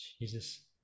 Jesus